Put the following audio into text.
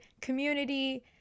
community